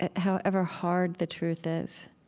ah however hard the truth is,